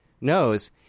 knows